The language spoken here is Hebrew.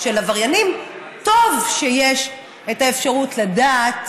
של עבריינים, טוב שיש את האפשרות לדעת